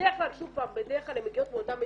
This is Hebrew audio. בדרך כלל הן מגיעות מאותן מדינות,